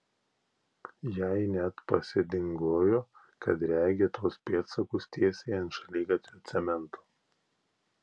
jai net pasidingojo kad regi tuos pėdsakus tiesiai ant šaligatvio cemento